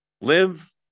live